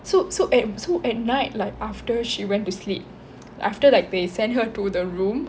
so so at so at night like after she went to sleep after like they sent her to the room